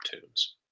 tunes